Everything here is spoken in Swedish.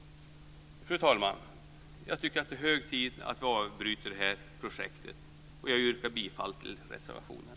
Fru talman! Jag tycker att det är hög tid att vi avbryter det här projektet. Jag yrkar bifall till reservationen.